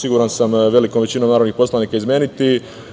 siguran sam, velikom većinom narodnih poslanika, izmeniti